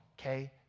okay